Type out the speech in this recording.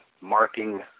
marking